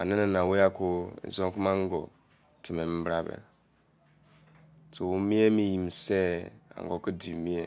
Ene-ya- nana owei ko izon keme an-go fole njibie-me so ye mie ye sei, an-go ke di mie,